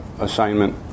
assignment